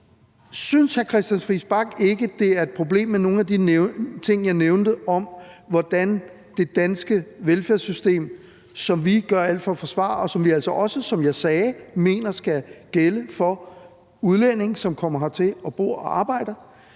Bach ikke, det er et problem med nogle af de ting, jeg nævnte, om, hvordan det danske velfærdssystem, som vi gør alt for at forsvare, og som vi altså også, som jeg sagde, mener skal gælde for udlændinge, som kommer hertil for at bo og arbejde